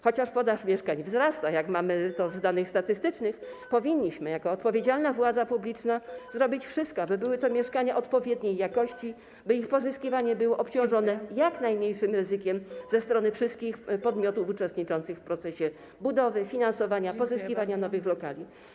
Chociaż podaż mieszkań według danych statystycznych wzrasta, jako odpowiedzialna władza publiczna powinniśmy zrobić wszystko, aby były to mieszkania odpowiedniej jakości i by ich pozyskiwanie było obciążone jak najmniejszym ryzykiem ze strony wszystkich podmiotów uczestniczących w procesie budowy, finansowania i pozyskiwania nowych lokali.